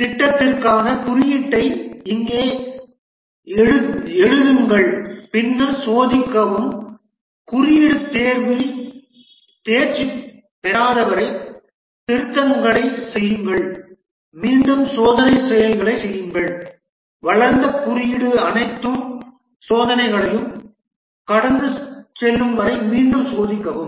திட்டத்திற்கான குறியீட்டை இங்கே எழுதுங்கள் பின்னர் சோதிக்கவும் குறியீடு தேர்வில் தேர்ச்சி பெறாதவரை திருத்தங்களைச் செய்யுங்கள் மீண்டும் சோதனைச் செயல்களைச் செய்யுங்கள் வளர்ந்த குறியீடு அனைத்து சோதனைகளையும் கடந்து செல்லும் வரை மீண்டும் சோதிக்கவும்